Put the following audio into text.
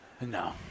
No